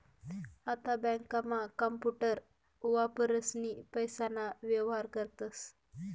आता बँकांमा कांपूटर वापरीसनी पैसाना व्येहार करतस